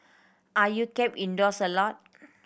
are you kept indoors a lot